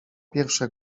pierwsze